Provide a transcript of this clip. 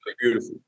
beautiful